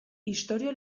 istorio